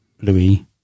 Louis